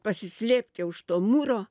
pasislėpt čia už to mūro